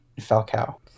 Falcao